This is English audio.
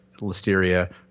Listeria